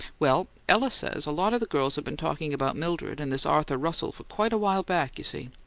well, ella says a lot of the girls have been talking about mildred and this arthur russell for quite a while back, you see.